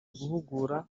guhugura